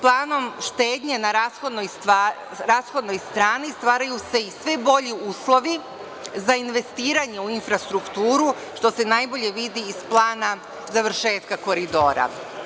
Planom štednje na rashodnoj strani stvaraju se i sve bolji uslovi za investiranje u infrastrukturu, što se najbolje vidi iz plana završetka koridora.